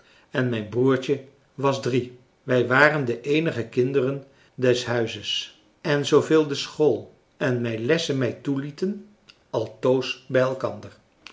en mijn broertje was drie wij waren de eenige kinderen des huizes en zooveel de school en mijn lessen mij toelieten altoos bij elkander